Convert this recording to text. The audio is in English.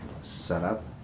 setup